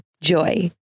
JOY